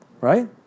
right